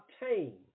obtain